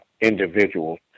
individuals